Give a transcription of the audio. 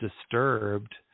disturbed